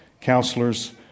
counselors